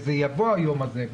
וזה יבוא היום הזה,